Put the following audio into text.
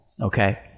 Okay